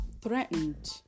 threatened